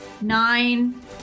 nine